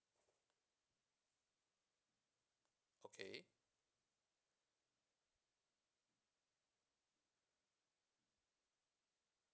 okay